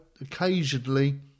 Occasionally